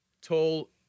tall